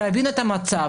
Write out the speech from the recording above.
להבין את המצב.